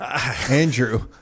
Andrew